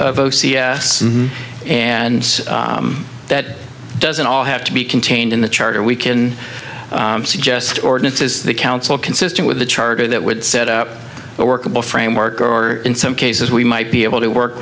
of o c s and that doesn't all have to be contained in the charter we can suggest ordinances the council consistent with the charter that would set up a workable framework or in some cases we might be able to work